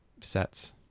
sets